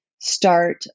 start